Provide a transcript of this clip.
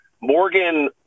Morgan